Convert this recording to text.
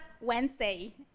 Wednesday